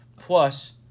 plus